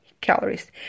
calories